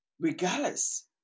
regardless